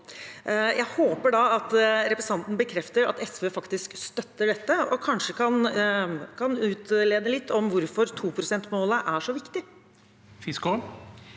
Jeg håper da at representanten kan bekrefte at SV faktisk støtter dette og kanskje kan utrede litt om hvorfor 2-prosentmålet er så viktig.